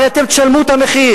הרי אתם תשלמו את המחיר.